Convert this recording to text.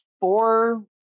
four